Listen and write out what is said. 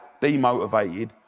demotivated